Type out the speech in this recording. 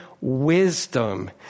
wisdom